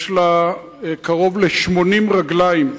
יש לה קרוב ל-80 רגליים,